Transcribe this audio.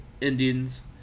Indians